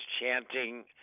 chanting